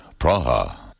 Praha